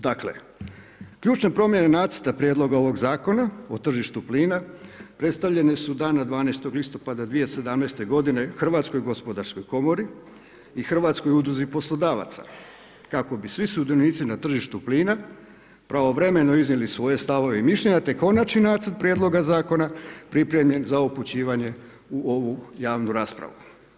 Dakle, ključne promjene nacrte prijedloga ovoga zakona o tržištu plina, predstavljene su dana 12. listopada 2017. g. Hrvatskoj gospodarskoj komori i Hrvatskoj udruzi poslodavaca, kako bi svi sudionici na tržištu plina pravovremeno iznijeli svoje stavove i mišljenja te konačni nacrt prijedloga zakona, pripremljen za upućivanje u ovu javnu raspravu.